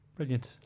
Brilliant